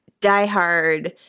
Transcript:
diehard